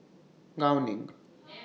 Gao Ning